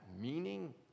meaning